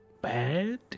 bad